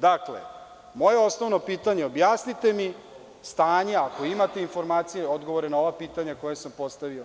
Dakle, moje osnovno pitanje je – objasnite mi stanje, ako imate informacije, odgovore na ova pitanja koja sam postavio,